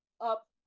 Up